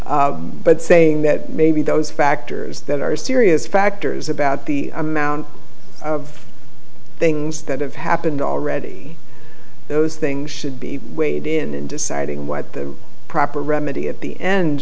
but saying that maybe those factors that are serious factors about the amount of things that have happened already those things should be weighed in deciding what the proper remedy at the end